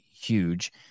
huge